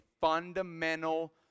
fundamental